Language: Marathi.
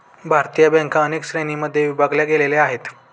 भारतीय बँका अनेक श्रेणींमध्ये विभागल्या गेलेल्या आहेत